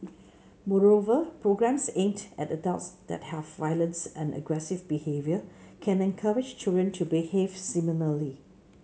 moreover programmes aimed at adults that have violence and aggressive behaviour can encourage children to behave similarly